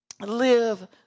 Live